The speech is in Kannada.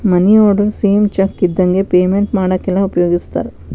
ಮನಿ ಆರ್ಡರ್ ಸೇಮ್ ಚೆಕ್ ಇದ್ದಂಗೆ ಪೇಮೆಂಟ್ ಮಾಡಾಕೆಲ್ಲ ಉಪಯೋಗಿಸ್ತಾರ